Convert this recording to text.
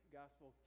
gospel